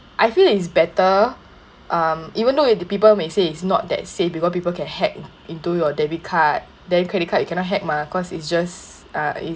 I feel it's better um even though if the people may say it's not that safe because people can hack into your debit card then credit card you cannot hack mah cause it's just uh it's